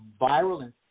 viral